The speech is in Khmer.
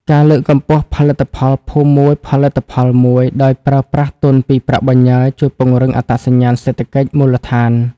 ការលើកកម្ពស់ផលិតផល "ភូមិមួយ ផលិតផលមួយ" ដោយប្រើប្រាស់ទុនពីប្រាក់បញ្ញើ ជួយពង្រឹងអត្តសញ្ញាណសេដ្ឋកិច្ចមូលដ្ឋាន។